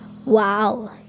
Wow